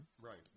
Right